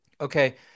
Okay